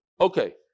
Okay